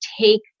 take